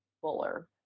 Fuller